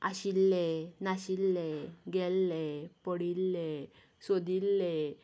आशिल्लें नाशिल्लें गेल्लें पडिल्लें सोदिल्लें